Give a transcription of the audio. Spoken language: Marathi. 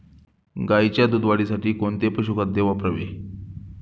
गाईच्या दूध वाढीसाठी कोणते पशुखाद्य वापरावे?